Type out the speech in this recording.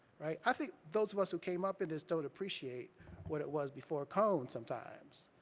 right? i think those of us who came up in this don't appreciate what it was before cone, sometimes.